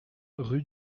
rue